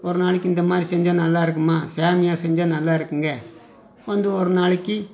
ஒரு நாளைக்கு இந்த மாதிரி செஞ்சால் நல்லா இருக்கும்மா சேமியா செஞ்சால் நல்லா இருக்கும்ங்க வந்து ஒரு நாளைக்கு